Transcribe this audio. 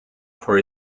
for